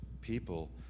people